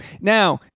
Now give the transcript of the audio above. Now